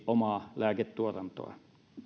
omaa lääketuotantoa